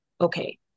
okay